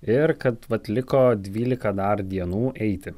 ir kad vat liko dvylika dar dienų eiti